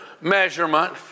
measurement